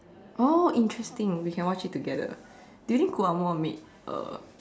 oh interesting we can watch it together do you think made a